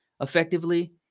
effectively